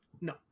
No